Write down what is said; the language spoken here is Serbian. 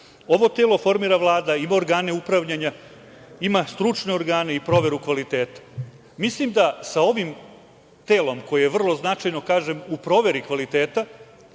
Ovo telo formira Vlada, ima organe upravljanja, ima stručne organe za proveru kvaliteta. Mislim da sa ovim telom, koje je vrlo značajno, kažem, u proveri kvaliteta